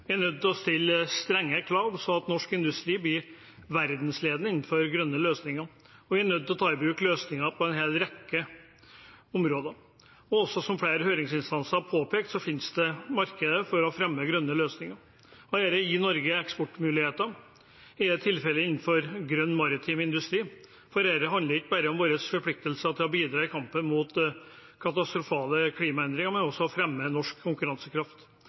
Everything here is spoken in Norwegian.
Vi er nødt til stille strengere krav, sånn at norsk industri blir verdensledende innenfor grønne løsninger, og vi er nødt til å ta i bruk løsninger på en hel rekke områder. Som flere høringsinstanser påpekte, fins det marked for å fremme grønne løsninger. Det gir Norge eksportmuligheter, i dette tilfellet innenfor grønn maritim industri, for det handler ikke bare om våre forpliktelser til å bidra i kampen mot katastrofale klimaendringer, men også om å fremme norsk konkurransekraft.